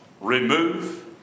remove